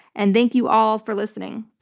and thank you all for listening.